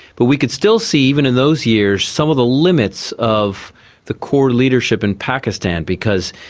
but we could still see even in those years some of the limits of the core leadership in pakistan because,